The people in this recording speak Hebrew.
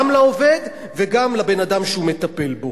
גם לעובד וגם לבן-אדם שהוא מטפל בו.